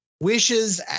Wishes